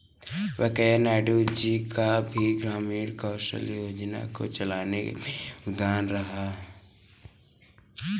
वैंकैया नायडू जी का भी ग्रामीण कौशल्या योजना को चलाने में योगदान रहा है